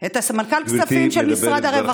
את סמנכ"ל כספים של משרד הרווחה,